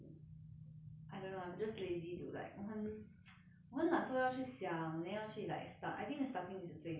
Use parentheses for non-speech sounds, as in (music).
I don't know I'm just lazy to like 我很 (noise) 我很懒惰要去想 then 要去 like start I think the starting is the 最难的 so it's like